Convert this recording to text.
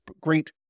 great